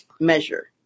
measure